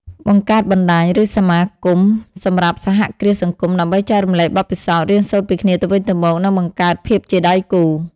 បង្កើតបណ្តាញ ឬសមាគមសម្រាប់សហគ្រាសសង្គម ដើម្បីចែករំលែកបទពិសោធន៍ រៀនសូត្រពីគ្នាទៅវិញទៅមក និងបង្កើតភាពជាដៃគូ ។